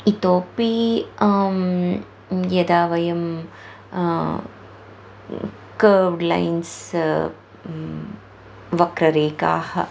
इतोपि यदा वयं कव्ड् लैन्स् वक्ररेखाः